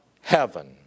heaven